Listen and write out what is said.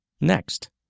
next